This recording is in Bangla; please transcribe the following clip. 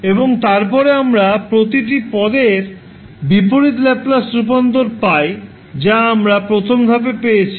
এবং তারপরে আমরা প্রতিটি পদটির বিপরীত ল্যাপ্লাস রূপান্তরটি পাই যা আমরা প্রথম ধাপে পেয়েছি